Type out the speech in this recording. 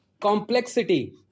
complexity